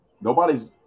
nobody's